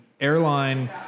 airline